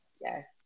yes